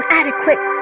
adequate